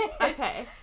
Okay